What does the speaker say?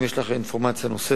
אם יש לך אינפורמציה נוספת